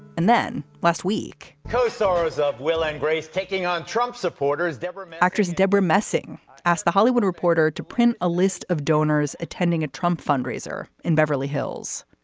and then last week co-stars of will and grace taking on trump supporters. actress debra messing asked the hollywood reporter to print a list of donors attending a trump fundraiser in beverly hills.